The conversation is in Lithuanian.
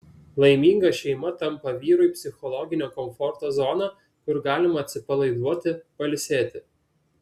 laiminga šeima tampa vyrui psichologinio komforto zona kur galima atsipalaiduoti pailsėti